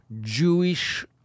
Jewish